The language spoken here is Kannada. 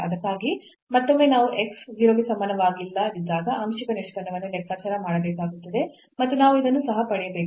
ಅದಕ್ಕಾಗಿ ಮತ್ತೊಮ್ಮೆ ನಾವು x 0 ಗೆ ಸಮಾನವಾಗಿಲ್ಲದಿದ್ದಾಗ ಆಂಶಿಕ ನಿಷ್ಪನ್ನವನ್ನು ಲೆಕ್ಕಾಚಾರ ಮಾಡಬೇಕಾಗುತ್ತದೆ ಮತ್ತು ನಾವು ಇದನ್ನು ಸಹ ಪಡೆಯಬೇಕು